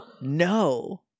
No